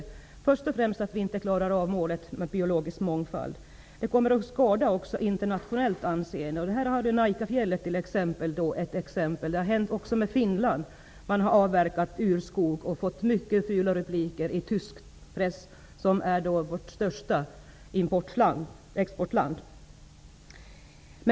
Vi kommer först och främst att inte klara målet biologisk mångfald, vilket också kommer att skada vårt anseende internationellt. Njakafjället är ett exempel på detta. Också i Finland har man avverkat urskog och fått mycket dåliga rubriker för detta i tysk press -- Tyskland är ju vårt största exportland.